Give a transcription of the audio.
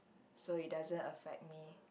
so it doesn't affect me